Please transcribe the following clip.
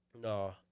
No